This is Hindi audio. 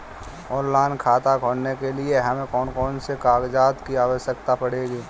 ऑनलाइन खाता खोलने के लिए हमें कौन कौन से कागजात की आवश्यकता पड़ेगी?